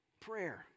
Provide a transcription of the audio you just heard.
prayer